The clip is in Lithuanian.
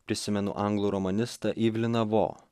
prisimenu anglų romanistą ivliną vo